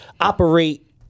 operate